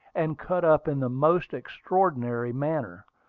and cut up in the most extraordinary manner.